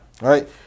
right